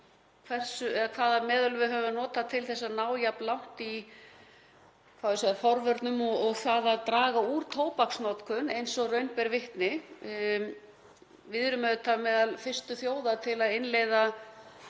hvaða meðul við höfum notað til að ná jafn langt í forvörnum og draga úr tóbaksnotkun eins og raun ber vitni. Við erum auðvitað meðal fyrstu þjóða til að innleiða